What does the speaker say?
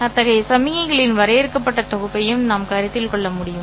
அத்தகைய சமிக்ஞைகளின் வரையறுக்கப்பட்ட தொகுப்பையும் நாம் கருத்தில் கொள்ள முடியும்